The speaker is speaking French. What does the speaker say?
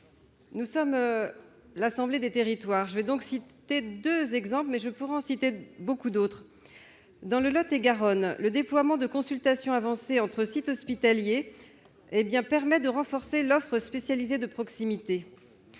nous sommes l'assemblée des territoires, je vais citer deux exemples- mais je pourrais en citer beaucoup d'autres. En Lot-et-Garonne, le déploiement de consultations avancées entre sites hospitaliers permet de renforcer l'offre spécialisée de proximité.